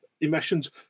emissions